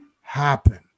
happen